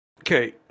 okay